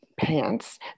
pants